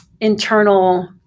internal